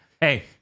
Hey